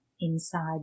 inside